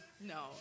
no